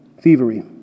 Thievery